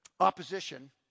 opposition